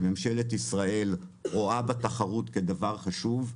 שממשלת ישראל רואה בתחרות דבר חשוב.